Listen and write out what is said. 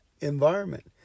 environment